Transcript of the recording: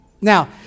Now